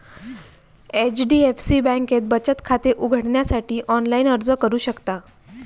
HDFC बँकेत बचत खाते उघडण्यासाठी ऑनलाइन अर्ज करू शकता